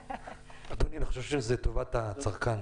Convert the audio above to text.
אדוני, אני חושב שזה לטובת הצרכן